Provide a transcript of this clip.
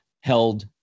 held